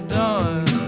done